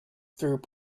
through